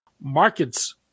market's